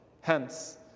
Hence